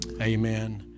amen